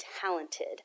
talented